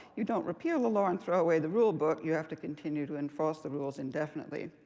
you don't repeal the law and throw away the rule book. you have to continue to enforce the rules indefinitely.